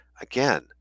again